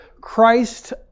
Christ